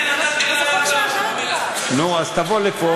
קסניה, נתת לי רעיון טוב, שתדעי לך.